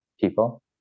people